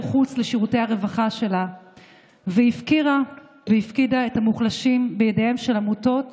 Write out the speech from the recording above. חוץ לשירותי הרווחה שלה והפקירה והפקידה את המוחלשים בידיהן של עמותות